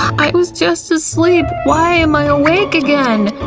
i was just asleep! why am i awake again!